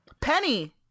Penny